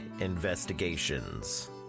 Investigations